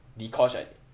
deekosh I think